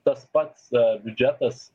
tas pats biudžetas